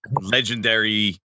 legendary